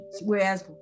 Whereas